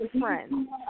friends